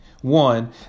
One